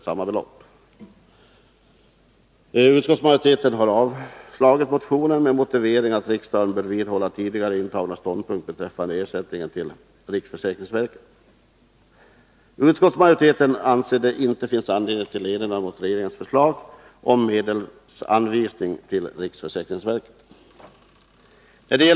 Utskottsmajoriteten har avstyrkt motionen med motiveringen att riksdagen bör vidhålla tidigare intagna ståndpunkter beträffande ersättningen till riksförsäkringsverket. Utskottsmajoriteten anser att det inte finns anledning till erinran mot regeringens förslag om medelsanvisning till riksförsäkringsverket.